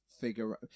figure